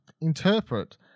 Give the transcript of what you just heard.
interpret